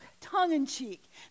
tongue-in-cheek